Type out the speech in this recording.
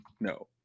No